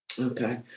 Okay